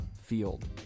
Field